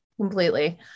Completely